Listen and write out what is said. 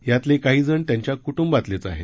यातले काही जण त्यांच्या कुटुंबातलेच आहेत